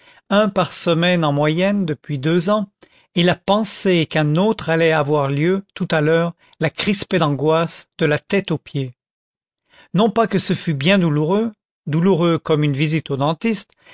un par semaine en moyenne depuis deux ans et la pensée qu'un autre allait avoir lieu tout à l'heure la crispait d'angoisse de la tête aux pieds non pas que ce fût bien douloureux douloureux comme une visite au dentiste